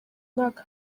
mwaka